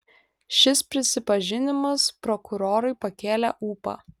šis prisipažinimas prokurorui pakėlė ūpą